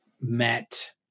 met